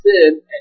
sin